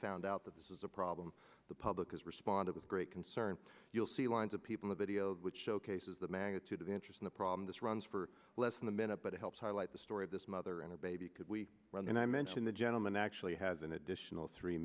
found out that this is a problem the public has responded with great concern you'll see lines of people a video which showcases the magnitude of interest in the problem this runs for less than a minute but it helps highlight the story of this mother and her baby could we run and i mention the gentleman actually has an additional three